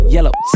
Yellow